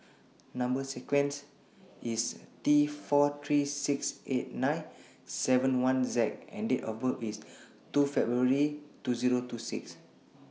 Number sequence IS T four three six eight nine seven one Z and Date of birth IS two February two Zero two six